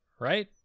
right